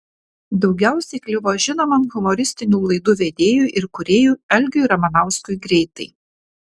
daugiausiai kliuvo žinomam humoristinių laidų vedėjui ir kūrėjui algiui ramanauskui greitai